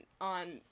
on